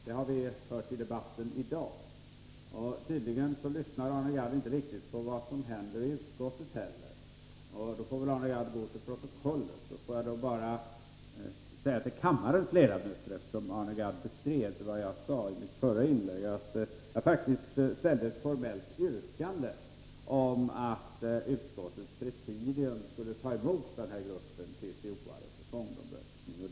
Det har vi hört i debatten i dag. Tydligen lyssnade inte Arne Gadd riktigt heller på vad som hände i utskottet. Arne Gadd får väl gå till protokollet. Får jag bara säga till kammarens ledamöter, eftersom Arne Gadd bestred vad jag sade i mitt förra inlägg, att jag faktiskt ställde ett formellt yrkande att utskottets presidium skulle ta emot gruppen i fråga, TCO-are för fondomröstning.